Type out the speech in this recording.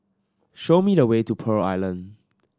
show me the way to Pearl Island